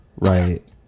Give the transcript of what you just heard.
right